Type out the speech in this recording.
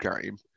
game